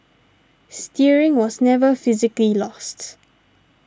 steering was never physically lost